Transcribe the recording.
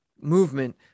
movement